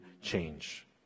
change